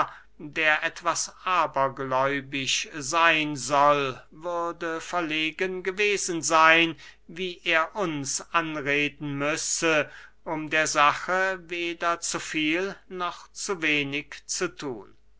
der etwas abergläubisch seyn soll würde verlegen gewesen seyn wie er uns anreden müsse um der sache weder zu viel noch zu wenig zu thun